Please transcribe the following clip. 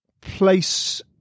place